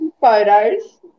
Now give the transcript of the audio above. Photos